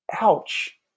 ouch